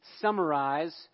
summarize